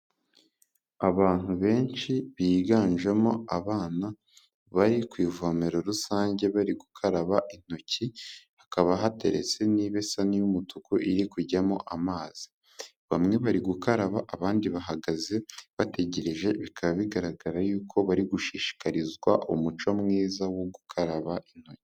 Abantu benshi biganjemo abana, bari ku ivomero rusange bari gukaraba intoki, hakaba hateretse n'ibesanyi y'umutuku iri kujyamo amazi, bamwe bari gukaraba abandi bahagaze bategereje, bikaba bigaragara yuko bari gushishikarizwa umuco mwiza wo gukaraba intoki.